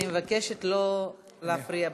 אני מבקשת שלא להפריע בדיון.